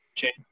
change